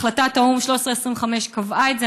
החלטת האו"ם 1325 קבעה את זה.